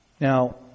Now